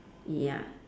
ya